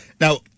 Now